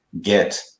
get